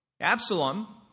Absalom